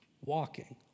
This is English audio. walking